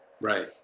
Right